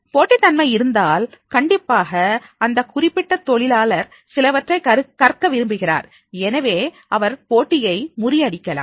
போட்டித்தன்மை இருந்தால் கண்டிப்பாக அந்த குறிப்பிட்ட தொழிலாளர் சிலவற்றை கற்க விரும்புகிறார் எனவே அவர் போட்டியை முறியடிக்கலாம்